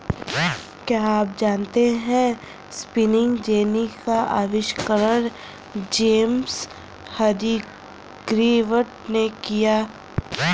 क्या आप जानते है स्पिनिंग जेनी का आविष्कार जेम्स हरग्रीव्ज ने किया?